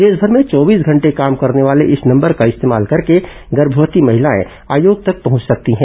देशभर में चौबीस घंटे काम करने वाले इस नंबर का इस्तेमाल करके गर्भवती महिलाएं आयोग तक पहंच बना सकती हैं